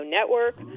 Network